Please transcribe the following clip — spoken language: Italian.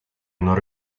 non